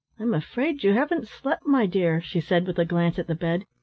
i'm afraid you haven't slept, my dear, she said with a glance at the bed.